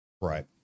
Right